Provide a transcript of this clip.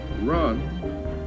run